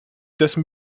dessen